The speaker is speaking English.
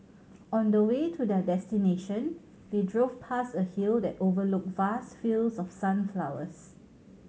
on the way to their destination they drove past a hill that overlooked vast fields of sunflowers